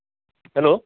hello